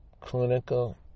clinical